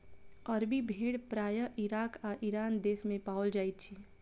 अरबी भेड़ प्रायः इराक आ ईरान देस मे पाओल जाइत अछि